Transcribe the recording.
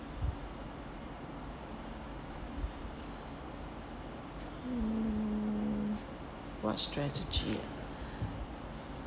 mm what strategy ah